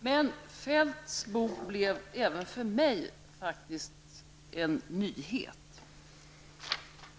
Men Feldts bok blev även för mig faktiskt en nyhet.